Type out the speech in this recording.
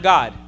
God